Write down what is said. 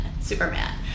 Superman